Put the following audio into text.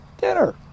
Dinner